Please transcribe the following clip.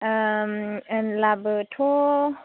होनब्लाबोथ'